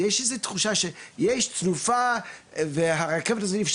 יש איזו שהיא תחושה שיש תנופה ושהרכבת הזאת היא פשוט